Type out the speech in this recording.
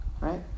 right